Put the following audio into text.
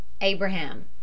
Abraham